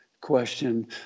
question